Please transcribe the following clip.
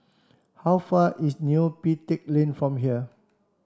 how far is Neo Pee Teck Lane from here